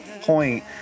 point